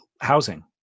housing